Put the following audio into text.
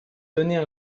donner